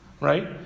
right